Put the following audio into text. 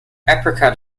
apricot